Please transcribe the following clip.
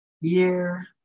year